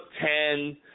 ten